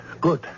Good